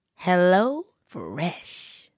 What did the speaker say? HelloFresh